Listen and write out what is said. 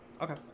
Okay